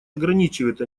ограничивает